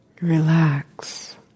Relax